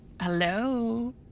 Hello